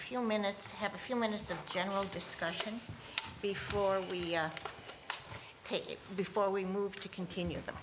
few minutes have a few minutes of general discussion before we take before we move to continue the